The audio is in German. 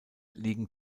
liegen